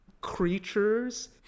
creatures